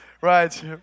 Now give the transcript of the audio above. Right